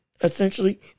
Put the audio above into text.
essentially